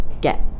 get